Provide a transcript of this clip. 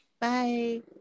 Bye